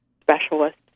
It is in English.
specialist